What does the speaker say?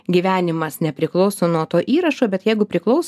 gyvenimas nepriklauso nuo to įrašo bet jeigu priklaus